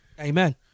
amen